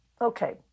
Okay